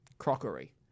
Crockery